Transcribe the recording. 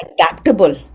adaptable